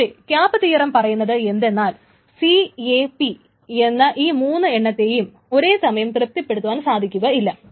പക്ഷേ cap theorem പറയുന്നത് എന്തെന്നാൽ സി എ പി എന്ന ഈ മൂന്ന് എണ്ണത്തേയും ഒരേ സമയം തൃപ്തിപ്പെടുത്തുവാൻ സാധിക്കുകയില്ല